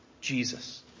Jesus